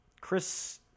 Chris